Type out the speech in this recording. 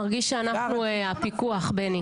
מרגיש שאנחנו הפיקוח, בני.